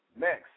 Next